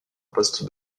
poste